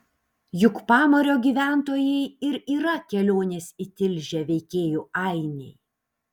juk pamario gyventojai ir yra kelionės į tilžę veikėjų ainiai